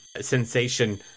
sensation